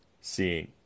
seeing